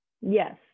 Yes